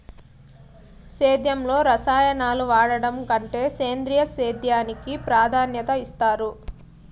సేద్యంలో రసాయనాలను వాడడం కంటే సేంద్రియ సేద్యానికి ప్రాధాన్యత ఇస్తారు